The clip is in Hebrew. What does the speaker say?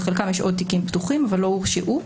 לחלקם יש עוד תיקים פתוחים, אבל לא הורשעו.